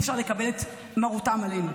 אי-אפשר לקבל את מרותם עלינו.